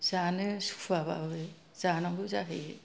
जानो सुखुआबाबो जानांगौ जाहैयो